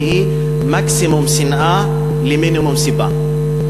שהיא מקסימום שנאה במינימום סיבה.